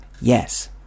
Yes